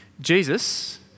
Jesus